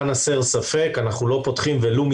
זה